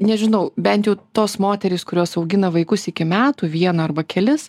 nežinau bent jau tos moterys kurios augina vaikus iki metų vieną arba kelis